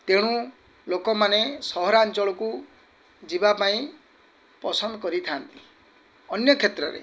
ତେଣୁ ଲୋକମାନେ ସହରାଞ୍ଚଳକୁ ଯିବାପାଇଁ ପସନ୍ଦ କରିଥାଆନ୍ତି ଅନ୍ୟକ୍ଷେତ୍ରରେ